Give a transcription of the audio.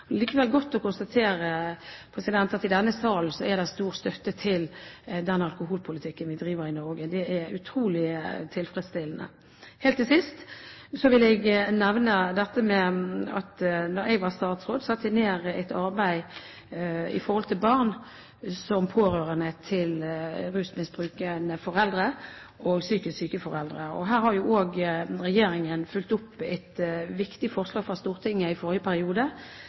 likevel godt å konstatere at i denne salen er det stor støtte til den alkoholpolitikken vi driver i Norge. Det er utrolig tilfredsstillende. Helt til sist vil jeg nevne at da jeg var statsråd, satte jeg i gang et arbeid knyttet til barn av rusmisbrukende foreldre og psykisk syke foreldre. Her har også regjeringen fulgt opp et viktig forslag fra Stortinget i forrige periode,